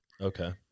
Okay